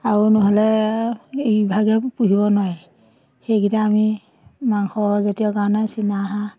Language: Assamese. আৰু নহ'লে এইভাগে পুহিব নোৱাৰি সেইকেইটা আমি মাংসজাতীয় কাৰণে চীনা হাঁহ